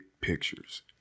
pictures